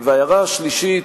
וההערה השלישית,